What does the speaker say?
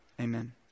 Amen